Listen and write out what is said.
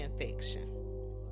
infection